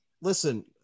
listen